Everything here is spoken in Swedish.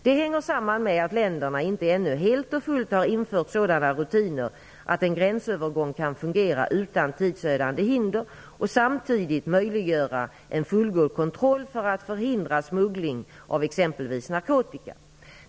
Det hänger samman med att länderna ännu inte helt och fullt har infört sådana rutiner att en gränsövergång kan fungera utan tidsödande hinder och samtidigt möjliggöra en fullgod kontroll för att förhindra smuggling av exempelvis narkotika.